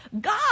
God